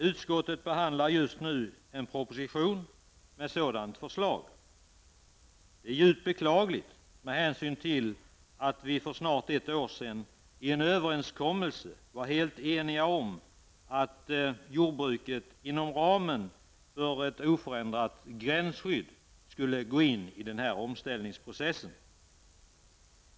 Utskottet behandlar just nu en proposition med ett sådant förslag. Det är djupt beklagligt med hänsyn till att vi för snart ett år sedan i en överenskommelse var helt eniga om att jordbruket inom ramen för ett oförändrat gränsskydd skulle gå in i den här omställningsprocessen.